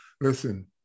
Listen